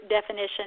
definition